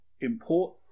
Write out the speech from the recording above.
import